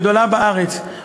הגדולה בארץ,